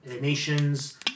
nations